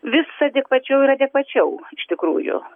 vis adekvačiau ir adekvačiau iš tikrųjų